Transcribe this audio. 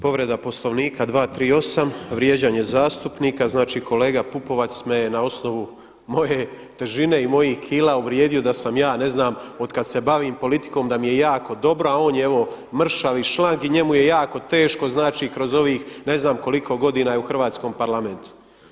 Povreda Poslovnika 238. vrijeđanje zastupnika, znači kolega Pupovac me je na osnovu moje težine i mojih kila uvrijedio da sam ja, ne znam, od kada se bavim politikom da mi je jako dobro, a on je evo mršav i šlang i njemu je jako teško kroz ovih ne znam koliko godina je u hrvatskom Parlamentu.